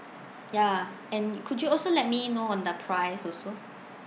ya and could you also let me know on the price also